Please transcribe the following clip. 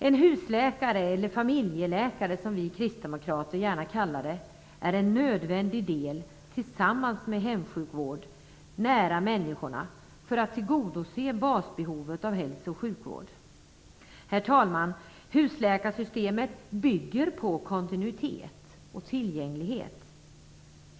En husläkare eller familjeläkare, som vi kristdemokrater gärna kallar det, är en nödvändig del, tillsammans med hemsjukvård nära människorna, för att tillgodose basbehovet av hälso och sjukvård. Herr talman! Husläkarsystemet bygger på kontinuitet och tillgänglighet.